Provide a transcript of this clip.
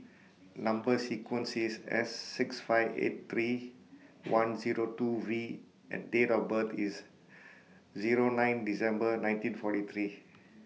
Number sequence IS S six five eight three one Zero two V and Date of birth IS Zero nine December nineteen forty three